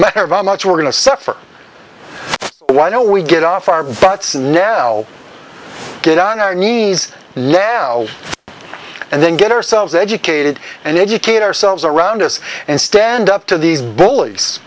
matter of a much we're going to suffer why don't we get off our butts now get on our knees now and then get ourselves educated and educate ourselves around us and stand up to these bullies